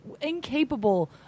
incapable